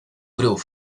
grove